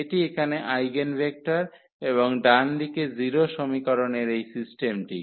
এটি এখানে আইগেনভেক্টর এবং ডান দিকে 0 সমীকরণের এই সিস্টেমটি